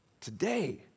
today